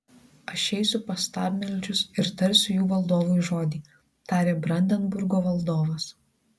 aš eisiu pas stabmeldžius ir tarsiu jų valdovui žodį tarė brandenburgo valdovas